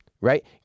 Right